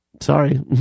sorry